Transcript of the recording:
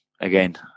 again